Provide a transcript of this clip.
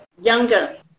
younger